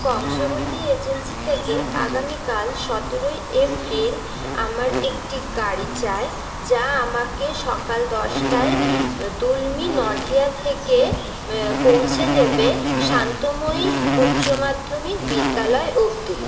Kangsabati agency থেকে আগামীকাল সতেরোই এপ্রিল আমার একটি গাড়ি চাই যা আমাকে সকাল দশটায় দুলমী নডিহা থেকে পৌঁছে দেবে শান্তময়ী উচ্চমাধ্যমিক বিদ্যালয় অবধি